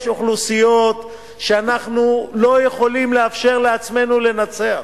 יש אוכלוסיות שאנחנו לא יכולים לאפשר לעצמנו לנצח,